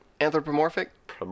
Anthropomorphic